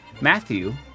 Matthew